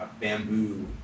bamboo